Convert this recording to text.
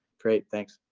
great, thanks.